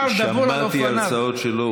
שמעתי הרצאות שלו,